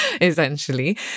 essentially